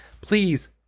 please